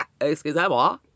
Excusez-moi